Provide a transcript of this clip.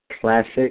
classic